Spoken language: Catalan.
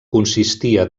consistia